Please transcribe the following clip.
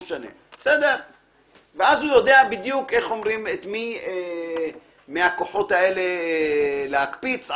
ואז הוא יודע בדיוק את מי מהכוחות האלה להקפיץ.